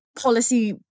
policy